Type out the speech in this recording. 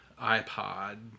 iPod